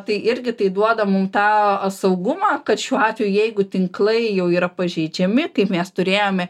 tai irgi tai duoda mum tą saugumą kad šiuo atveju jeigu tinklai jau yra pažeidžiami kaip mes turėjome